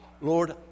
Lord